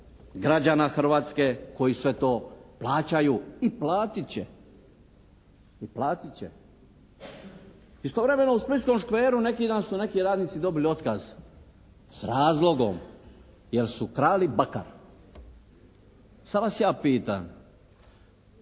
građana Hrvatske koji sve to plaćaju i platit će. I platit će! Istovremeno u splitskom Škveru neki dan su neki radnici dobili otkaz. S razlogom. Jer su krali bakar. Sad vas ja pitam,